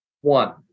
One